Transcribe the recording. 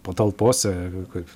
patalpose kaip